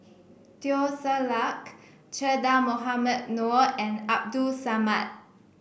Teo Ser Luck Che Dah Mohamed Noor and Abdul Samad